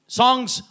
songs